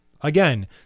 again